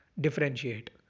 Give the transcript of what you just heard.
differentiate